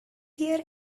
here